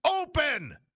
open